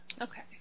Okay